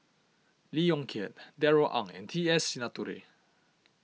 Lee Yong Kiat Darrell Ang and T S Sinnathuray